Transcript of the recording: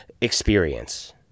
experience